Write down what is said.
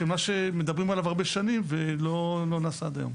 שמה שמדברים עליו הרבה שנים ולא נעשה עד היום.